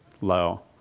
low